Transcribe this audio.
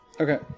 Okay